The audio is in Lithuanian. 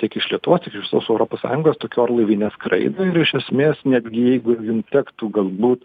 tiek iš lietuvos tiek iš visos europos sąjungos tokių orlaiviai neskraido ir iš esmės netgi jeigu ir jum tektų galbūt